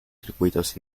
circuitos